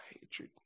hatred